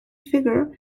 figure